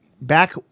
back